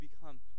become